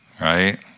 right